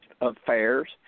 affairs